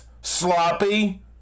sloppy